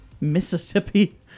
Mississippi